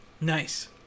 nice